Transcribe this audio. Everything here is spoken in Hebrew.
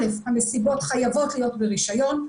ראשית, המסיבות חייבות להיות ברישיון.